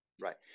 Right